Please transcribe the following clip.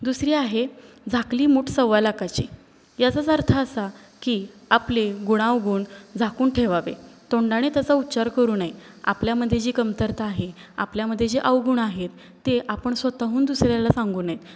दुसरी आहे झाकली मूठ सव्वा लाखाची याचाच अर्थ असा की आपले गुणावगुण झाकून ठेवावे तोंडाने त्याचा उच्चार करू नये आपल्यामध्ये जी कमतरता आहे आपल्यामध्ये जे अवगुण आहेत ते आपण स्वतःहून दुसऱ्याला सांगू नयेत